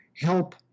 help